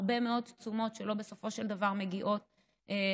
הרבה מאוד תשומות בסופו של דבר לא מגיעות לתלמיד,